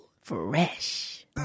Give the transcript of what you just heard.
Fresh